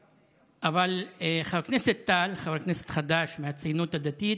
אבל חבר הכנסת טל, חבר כנסת חדש מהציונות הדתית,